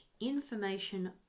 information